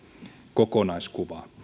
kokonaiskuvaa